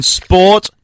sport